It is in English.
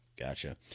Gotcha